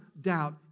doubt